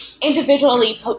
individually